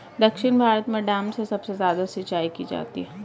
दक्षिण भारत में डैम से सबसे ज्यादा सिंचाई की जाती है